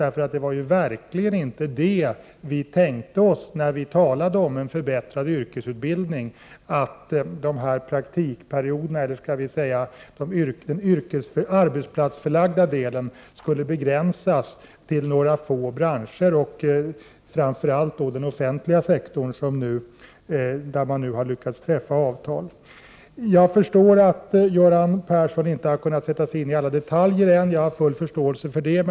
Det var verkligen inte detta vi tänkte oss när vi talade om en förbättrad yrkesutbildning, dvs. att den arbetsplatsförlagda delen skulle begränsas till några få branscher, framför allt den offentliga sektorn där man nu lyckats träffa avtal. Jag förstår att Göran Persson inte har kunnat sätta sig in i alla detaljer än. Jag har full förståelse för det.